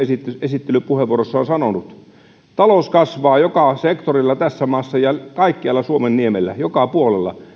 esittelypuheenvuorossaan on sanonut että talous kasvaa joka sektorilla tässä maassa ja kaikkialla suomenniemellä joka puolella